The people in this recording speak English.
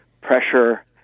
pressure